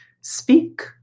speak